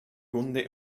hunde